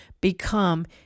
become